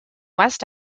west